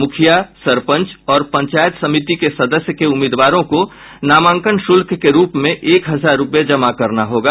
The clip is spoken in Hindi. मुखिया सरपंच और पंचायत समिति के सदस्य के उम्मीदवारों को नामांकन शुल्क के रूप में एक हजार रूपये जमा करना होगा